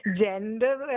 gender